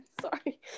Sorry